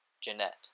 Jeanette